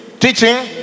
teaching